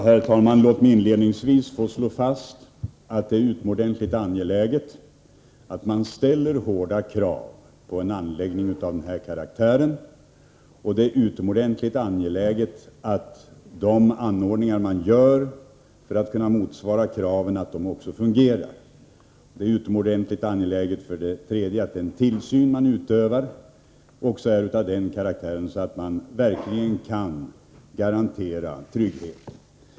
Herr talman! Låt mig inledningsvis slå fast att det för det första är utomordentligt angeläget att man ställer hårda krav på en anläggning av den här karaktären. För det andra är det utomordentligt angeläget att de anordningar man vidtar också motsvarar kraven på att anläggningen i fråga också fungerar. För det tredje är det utomordentligt angeläget att den tillsyn man utövar är av den karaktären att man verkligen kan garantera trygghet.